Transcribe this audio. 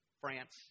France